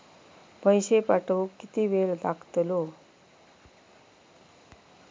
पैशे पाठवुक किती वेळ लागतलो?